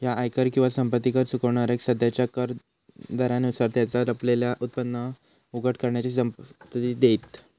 ह्या आयकर किंवा संपत्ती कर चुकवणाऱ्यांका सध्याच्या कर दरांनुसार त्यांचा लपलेला उत्पन्न उघड करण्याची संमती देईत